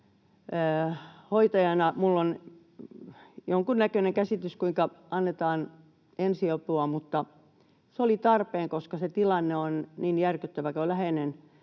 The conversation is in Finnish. minulla on jonkunnäköinen käsitys siitä, kuinka annetaan ensiapua, mutta se oli tarpeen — koska se tilanne on niin järkyttävä, kun läheinen